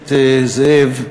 הכנסת זאב,